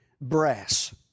brass